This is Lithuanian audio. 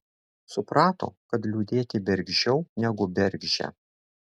suprato kad liūdėti bergždžiau negu bergždžia